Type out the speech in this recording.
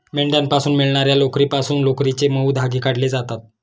मेंढ्यांपासून मिळणार्या लोकरीपासून लोकरीचे मऊ धागे काढले जातात